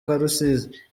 karusizi